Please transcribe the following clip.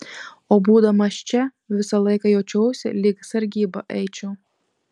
o būdamas čia visą laiką jaučiausi lyg sargybą eičiau